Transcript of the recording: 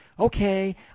okay